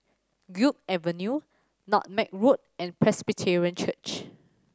Guok Avenue Nutmeg Road and Presbyterian Church